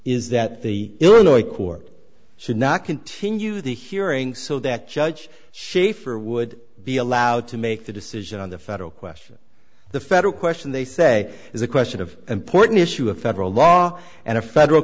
is that the illinois court should not continue the hearing so that judge shafer would be allowed to make the decision on the federal question the federal question they say is a question of important issue a federal law and a federal